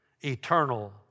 Eternal